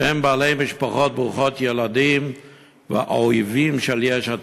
שהם בעלי משפחות ברוכות ילדים והאויבים של יש עתיד.